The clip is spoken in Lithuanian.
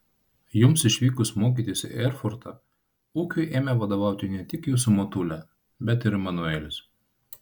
jums išvykus mokytis į erfurtą ūkiui ėmė vadovauti ne tik jūsų motulė bet ir emanuelis